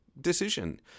decision